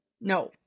No